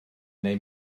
neu